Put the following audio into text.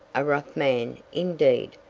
a rough man, indeed,